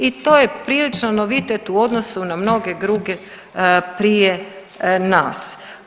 I to je priličan novitet u odnosu na mnoge druge prije nas.